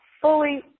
fully